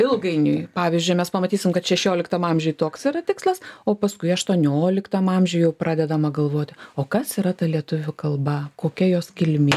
ilgainiui pavyzdžiui mes pamatysim kad šešioliktam amžiuj toks yra tikslas o paskui aštuonioliktam amžiuj jau pradedama galvot o kas yra ta lietuvių kalba kokia jos kilmė